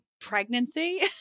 pregnancy